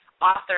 author